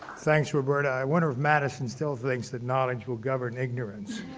thanks, roberta. i wonder if madison still thinks that knowledge will govern ignorance.